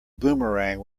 boomerang